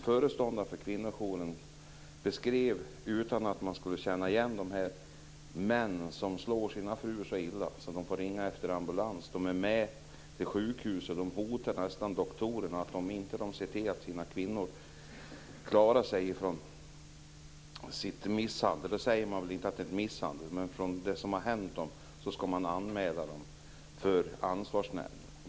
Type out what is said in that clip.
Föreståndaren för kvinnojouren beskrev, utan att man skulle känna igen dem, de män som slår sina fruar - ibland så illa att de får ringa efter ambulans. De är med till sjukhuset. De hotar nästan doktorerna och säger att om de inte ser till att kvinnorna klarar sig från misshandeln - så säger de väl inte, men från det som har hänt - skall de anmäla dem till ansvarsnämnden.